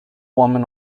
woman